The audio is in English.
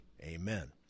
Amen